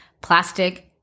plastic